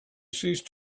ceased